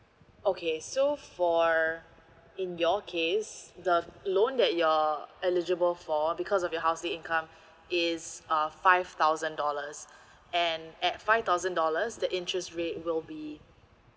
okay so for in your case the loan that you're eligible for because of your housely income is uh five thousand dollars and at five thousand dollars the interest rate will be